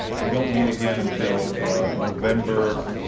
we don't meet again until november,